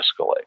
escalate